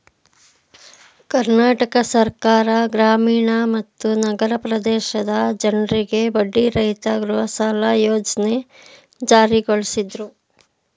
ಕರ್ನಾಟಕ ಸರ್ಕಾರ ಗ್ರಾಮೀಣ ಮತ್ತು ನಗರ ಪ್ರದೇಶದ ಜನ್ರಿಗೆ ಬಡ್ಡಿರಹಿತ ಗೃಹಸಾಲ ಯೋಜ್ನೆ ಜಾರಿಗೊಳಿಸಿದ್ರು